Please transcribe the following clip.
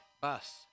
Bus